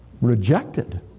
rejected